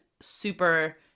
super